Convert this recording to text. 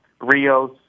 Rios